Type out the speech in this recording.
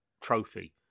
trophy